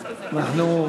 אנחנו,